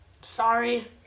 Sorry